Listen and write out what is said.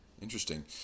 Interesting